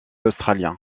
australien